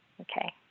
Okay